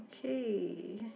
okay